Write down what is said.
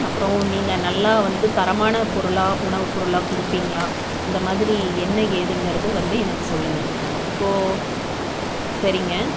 அப்புறம் நீங்கள் நல்லா வந்து தரமான பொருளாக உணவு பொருளாக கொடுப்பிங்களா இந்த மாதிரி என்ன ஏதுங்குறது வந்து எனக்கு சொல்லுங்க இப்போது சரிங்க